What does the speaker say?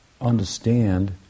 understand